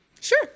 Sure